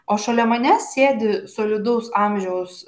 o šalia manęs sėdi solidaus amžiaus